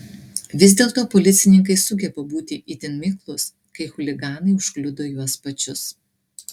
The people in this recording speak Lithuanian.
vis dėlto policininkai sugeba būti itin miklūs kai chuliganai užkliudo juos pačius